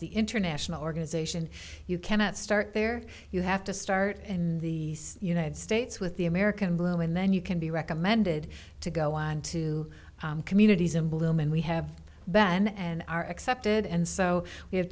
organization you cannot start there you have to start in the united states with the american blue and then you can be recommended to go on to communities in bloom and we have been and are accepted and so we have